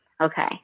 okay